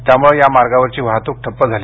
त्यामुळे त्या मार्गावरची वाहतूक ठप्प झाली